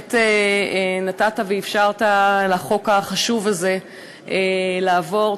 ובאמת נתת ואפשרת לחוק החשוב הזה לעבור.